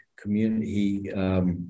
community